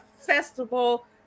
festival